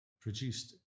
produced